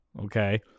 Okay